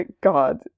God